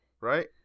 Right